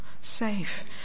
safe